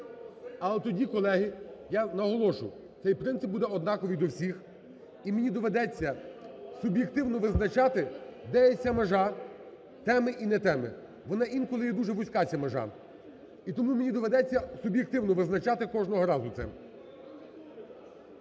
Але тоді, колеги, я наголошу: цей принцип буде однаковий до всіх, і мені доведеться суб'єктивно визначати, де є ця межа, теми і не теми. Вона інколи є дуже вузька, ця межа. І тому мені доведеться суб'єктивно визначати кожного разу це.